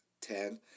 ten